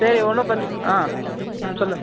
சரி ஒன்னும் பிரச்சனை ஆ ம் சொல்லுங்கள்